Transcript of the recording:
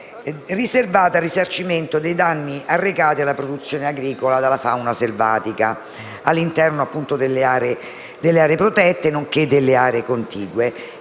riservato al risarcimento dei danni arrecati alla produzione agricola dalla fauna selvatica all’interno delle aree protette, nonché delle aree contigue,